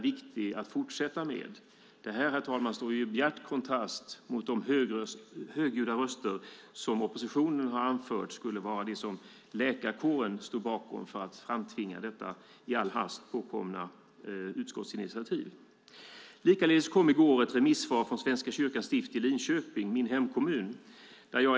Det här, herr talman, står i bjärt kontrast till de högljudda röster som oppositionen har anfört skulle vara det som läkarkåren stod bakom för att framtvinga detta i all hast påkomna utskottsinitiativ. Likaledes kom i går ett remissvar från Svenska kyrkans stift i Linköping, min hemkommun.